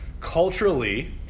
Culturally